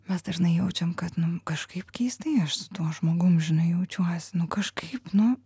mes dažnai jaučiam kad nu kažkaip keistai aš su tuo žmogum žinai jaučiuosi nu kažkaip nu